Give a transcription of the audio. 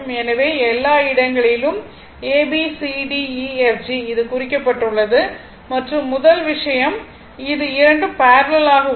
எனவே எல்லா இடங்களிலும் a b c d e f g இது குறிக்கப்பட்டுள்ளது மற்றும் முதல் விஷயம் இது இரண்டும் பேரலல் ஆக உள்ளன